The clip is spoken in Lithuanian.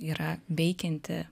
yra veikianti